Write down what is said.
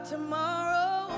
tomorrow